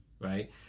right